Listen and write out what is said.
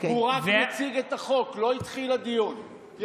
הוא רק מציג את החוק, לא התחיל הדיון.